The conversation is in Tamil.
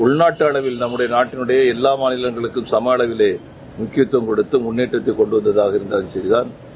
உள்நாட்டு அளவில் நம்முடைய நாட்டில் உள்ள எல்லா மாநிலங்களுக்கும் சம அளவிலேயே முக்கியத்தவம் கொடுத்து முன்னேற்றி கொண்டு வந்தாலும் சரிதாள்